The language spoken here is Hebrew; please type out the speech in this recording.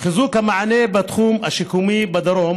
חיזוק המענה בתחום השיקומי בדרום